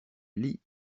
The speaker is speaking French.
lis